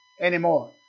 Anymore